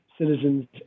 citizens